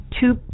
two